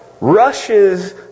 rushes